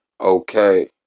okay